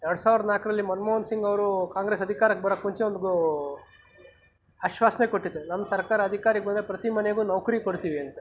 ಎರಡು ಸಾವಿರದ ನಾಲ್ಕರಲ್ಲಿ ಮನಮೋಹನ್ ಸಿಂಗ್ ಅವರು ಕಾಂಗ್ರೆಸ್ ಅಧಿಕಾರಕ್ಕೆ ಬರಕ್ಕೆ ಮುಂಚೆ ಒಂದು ಆಶ್ವಾಸನೆ ಕೊಟ್ಟಿದ್ರು ನಮ್ಮ ಸರ್ಕಾರ ಅಧಿಕಾರಿಕ್ಕೆ ಬಂದರೆ ಪ್ರತಿ ಮನೆಗೂ ನೌಕರಿ ಕೊಡ್ತೀವಿ ಅಂತ